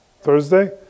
Thursday